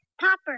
Popper